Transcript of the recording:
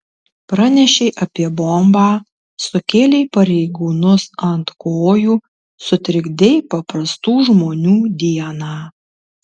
pranešei apie bombą sukėlei pareigūnus ant kojų sutrikdei paprastų žmonių dieną